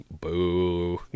Boo